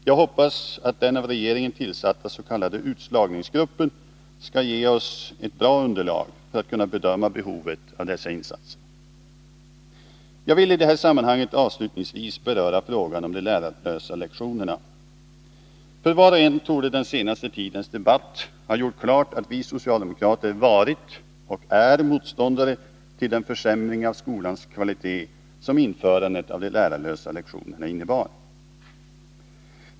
Jag hoppas att den av regeringen tillsatta s.k. utslagningsgruppen skall ge oss ett bra underlag för en bedömning av behovet av dessa insatser. Jag vill i detta sammanhang avslutningsvis beröra frågan om de lärarlösa lektionerna. För var och en torde den senaste tidens debatt ha gjort klart att vi socialdemokrater varit och är motståndare till den försämring av skolans kvalitet som införandet av de lärarlösa lektionerna innebar.